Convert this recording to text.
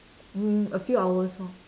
mm a few hours lor